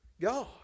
God